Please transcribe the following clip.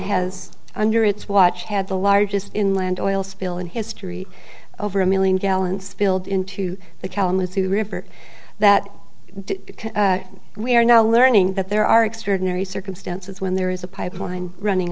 has under its watch had the largest inland oil spill in history over a million gallons spilled into the kalamazoo river that we're now learning that there are extraordinary circumstances when there is a pipeline running